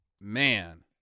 Man